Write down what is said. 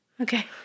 okay